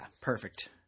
perfect